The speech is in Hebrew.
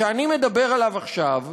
שאני מדבר עליו עכשיו,